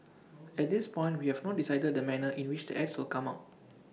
at this point we have not decided the manner in which the ads will come out